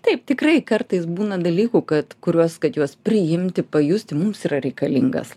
taip tikrai kartais būna dalykų kad kuriuos kad juos priimti pajusti mums yra reikalingas